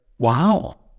Wow